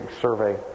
survey